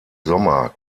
sommer